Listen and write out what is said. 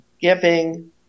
giving